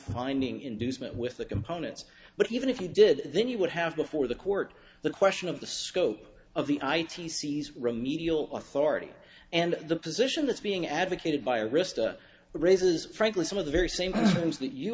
finding inducement with the components but even if you did then you would have before the court the question of the scope of the itc's remedial authority and the position that's being advocated by arista raises frankly some of the very same